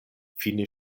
fine